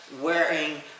wearing